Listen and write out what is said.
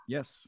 Yes